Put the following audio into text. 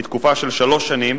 היא תקופה של שלוש שנים,